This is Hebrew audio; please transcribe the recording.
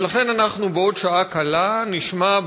ולכן אנחנו בעוד שעה קלה נשמע,